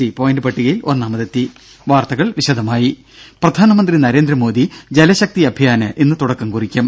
C point പട്ടികയിൽ ഒന്നാമതെത്തി വാർത്തകൾ വിശദമായി പ്രധാനമന്ത്രി നരേന്ദ്രമോദി ജലശക്തി അഭിയാന് ഇന്ന് തുടക്കം കുറിക്കും